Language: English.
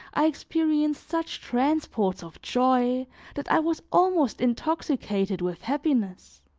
i experienced such transports of joy that i was almost intoxicated with happiness.